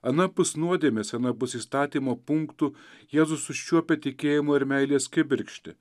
anapus nuodėmės anapus įstatymo punktų jėzus užčiuopia tikėjimo ir meilės kibirkštį